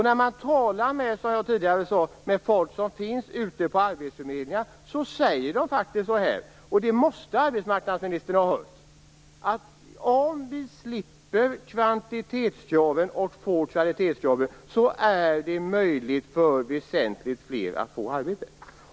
När man talar med folk ute på arbetsförmedlingarna så säger de faktiskt, vilket arbetsmarknadsministern måste ha hört, att om vi slipper kvantitetskraven och får kvalitetskraven så blir det möjligt för väsentligt fler att få arbete.